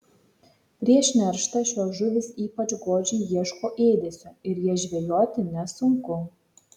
prieš nerštą šios žuvys ypač godžiai ieško ėdesio ir jas žvejoti nesunku